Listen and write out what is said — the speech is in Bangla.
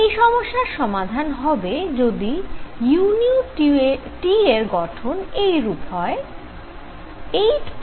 এই সমস্যার সমাধান হবে যদি u র গঠন এইরূপ হয় 8π2Eνc3